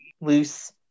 loose